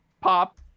pop